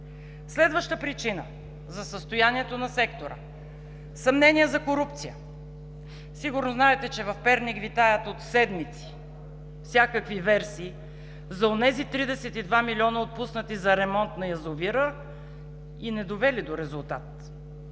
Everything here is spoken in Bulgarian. Следваща причина за състоянието на сектора – съмнения за корупция. Сигурно знаете, че в Перник витаят от седмици всякакви версии за онези 32 милиона, отпуснати за ремонт на язовира и не довели до резултат.